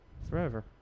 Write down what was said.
Forever